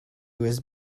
was